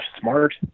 smart